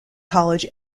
college